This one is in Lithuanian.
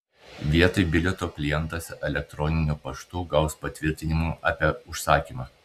vietoj bilieto klientas elektroniniu paštu gaus patvirtinimą apie užsakymą